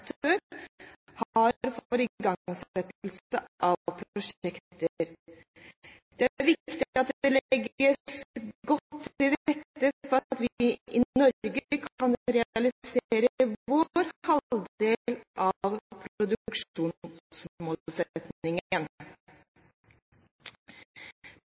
næringsaktør har for igangsettelse av prosjekter. Det er viktig at det legges godt til rette for at vi i Norge kan realisere vår halvdel av